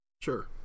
Sure